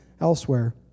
elsewhere